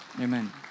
Amen